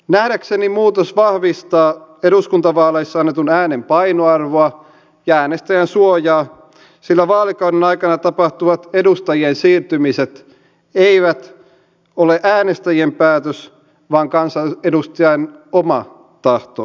nähdäkseni muutos vahvistaa eduskuntavaaleissa annetun äänen painoarvoa ja äänestäjänsuojaa sillä vaalikauden aikana tapahtuvat edustajien siirtymiset eivät ole äänestäjien päätös vaan kansanedustajan oma tahto ja päätös